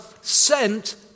sent